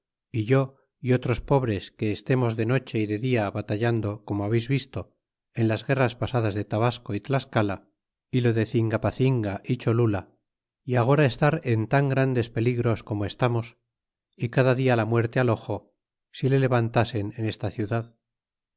yo y otros pobres que estemos de noche y de dia batallando como habeis visto en las guerras pasadas de tabasco y tlascala é lo de cingapacinga é cholula y agora estar en tan grandes peligros como estamos y cada dia la muerte al ojo si se levantasen en esta ciudad